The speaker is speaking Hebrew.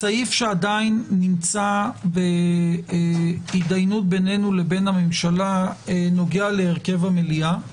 סעיף שעדיין נמצא בהידיינות בינינו לממשלה נוגע להרכב המליאה.